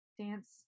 Dance